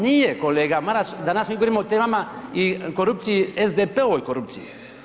Nije kolega Maras, danas mi govorimo o temama i o korupciji, SDP-ovoj korupciji.